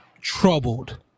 troubled